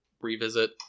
revisit